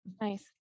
Nice